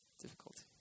Difficulty